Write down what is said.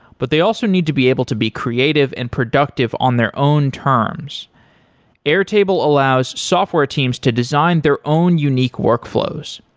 but they also need to be able to be creative and productive on their own terms airtable allows software teams to design their own unique workflows.